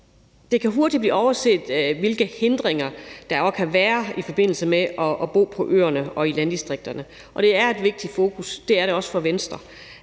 Det kan hurtigt blive overset, hvilke hindringer der også kan være i forbindelse med at bo på øerne og i landdistrikterne. Det er et vigtigt fokus, og det er det også for Venstre.